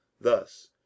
Thus